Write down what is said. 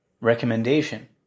recommendation